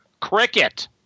cricket